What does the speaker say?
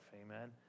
amen